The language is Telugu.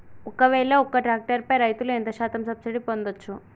ఒక్కవేల ఒక్క ట్రాక్టర్ పై రైతులు ఎంత శాతం సబ్సిడీ పొందచ్చు?